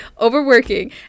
overworking